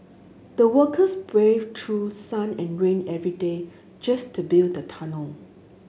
the workers braved through sun and rain every day just to build the tunnel